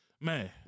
man